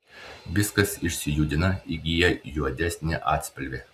viskas išsijudina įgyja juodesnį atspalvį